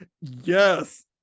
yes